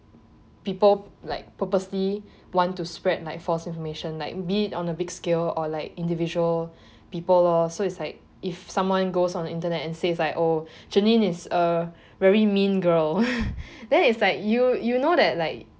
people like purposely want to spread like false information like be it on the big scale or like individual people lor so is like if someone goes on the internet and say like oh jerlyn is a very mean girl then is like you you know that like